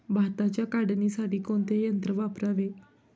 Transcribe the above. भाताच्या काढणीसाठी कोणते यंत्र वापरावे?